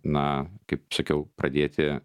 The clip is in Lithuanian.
na kaip sakiau pradėti